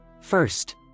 First